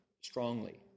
strongly